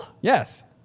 Yes